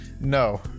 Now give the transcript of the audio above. No